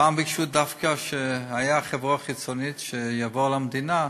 פעם ביקשו דווקא שתהיה חברה חיצונית שתבוא למדינה,